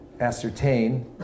ascertain